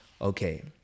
okay